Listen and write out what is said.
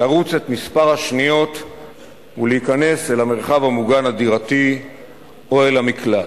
לרוץ כמה שניות ולהיכנס אל המרחב המוגן הדירתי או אל המקלט.